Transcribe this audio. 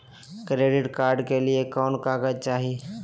Credit card के लिए कौन कागज चाही?